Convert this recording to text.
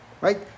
Right